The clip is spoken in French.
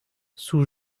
sous